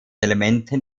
elementen